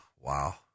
Wow